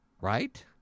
right